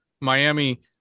Miami